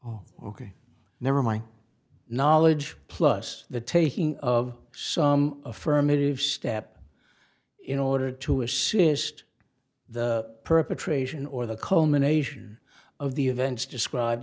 oh ok never my knowledge plus the taking of some affirmative step in order to assist the perpetration or the culmination of the events described